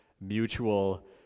mutual